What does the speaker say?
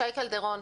שי קלדרון,